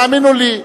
תאמינו לי.